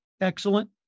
excellent